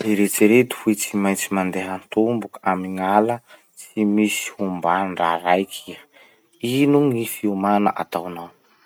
Eritsereto hoe tsy maintsy mandeha tomboky amy gn'ala tsy misy hombà ndra raiky iha. Ino gny fiomana ataonao?